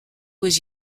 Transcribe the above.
was